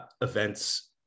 events